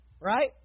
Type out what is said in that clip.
Right